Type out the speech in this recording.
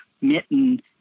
Mitten